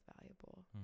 valuable